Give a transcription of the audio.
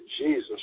Jesus